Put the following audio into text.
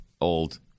old